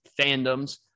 fandoms